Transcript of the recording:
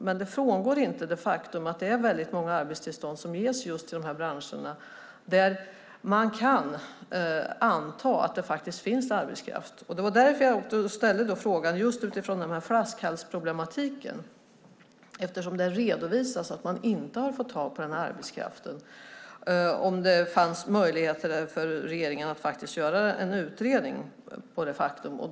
Men det förändrar inte det faktum att det är väldigt många arbetstillstånd som ges just till de branscher där man kan anta att det finns arbetskraft. Det var därför jag också ställde frågan utifrån den här flaskhalsproblematiken, eftersom det redovisas att man inte har fått tag i den här arbetskraften, om det fanns möjligheter för regeringen att göra en utredning när det gäller detta faktum.